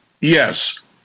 Yes